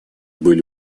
были